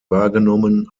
wahrgenommen